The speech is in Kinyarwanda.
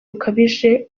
bukabije